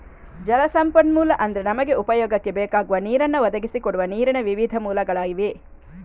ಜಲ ಸಂಪನ್ಮೂಲ ಅಂದ್ರೆ ನಮಗೆ ಉಪಯೋಗಕ್ಕೆ ಬೇಕಾಗುವ ನೀರನ್ನ ಒದಗಿಸಿ ಕೊಡುವ ನೀರಿನ ವಿವಿಧ ಮೂಲಗಳಾಗಿವೆ